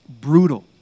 Brutal